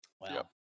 Wow